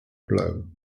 blow